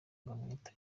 amwita